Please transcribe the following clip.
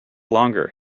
longer